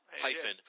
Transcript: hyphen